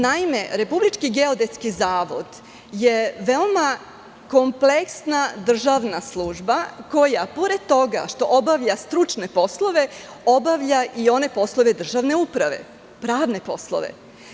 Naime, RGZ je veoma kompleksna državna služba koja pored toga što obavlja stručne poslove, obavlja i poslove državne uprave, pravne poslove.